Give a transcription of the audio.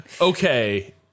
okay